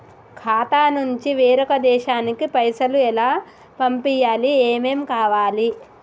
ఖాతా నుంచి వేరొక దేశానికి పైసలు ఎలా పంపియ్యాలి? ఏమేం కావాలి?